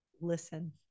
Listen